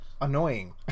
annoying